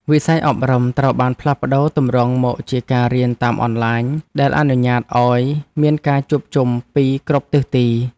វិស័យអប់រំត្រូវបានផ្លាស់ប្តូរទម្រង់មកជាការរៀនតាមអនឡាញដែលអនុញ្ញាតឱ្យមានការជួបជុំពីគ្រប់ទិសទី។